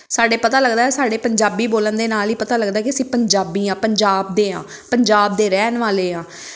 ਸਾਡੇ ਪਤਾ ਲੱਗਦਾ ਸਾਡੇ ਪੰਜਾਬੀ ਬੋਲਣ ਦੇ ਨਾਲ ਹੀ ਪਤਾ ਲੱਗਦਾ ਕਿ ਅਸੀਂ ਪੰਜਾਬੀ ਹਾਂ ਪੰਜਾਬ ਦੇ ਹਾਂ ਪੰਜਾਬ ਦੇ ਰਹਿਣ ਵਾਲੇ ਹਾਂ